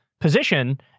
position